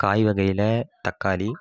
காய் வகையில் தக்காளி